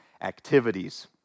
activities